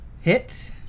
Hit